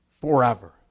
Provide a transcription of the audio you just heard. forever